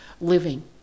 living